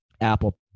Apple